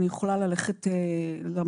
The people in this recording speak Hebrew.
אני יכולה ללכת למחשב